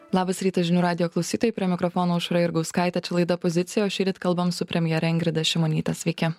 labas rytas žinių radijo klausytojai prie mikrofono aušra jurgauskaitė čia laida pozicija o šįryt kalbam su premjere ingrida šimonyte sveiki